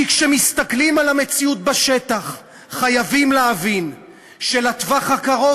כי כשמסתכלים על המציאות בשטח חייבים להבין שלטווח הקרוב